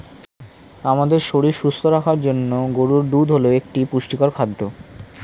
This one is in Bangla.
আমাদের শরীর সুস্থ রাখার জন্য গরুর দুধ হল একটি পুষ্টিকর খাদ্য